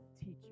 teacher